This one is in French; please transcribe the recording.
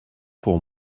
pour